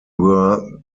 were